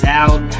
out